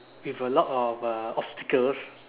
with a lot of uh obstacles